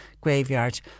graveyard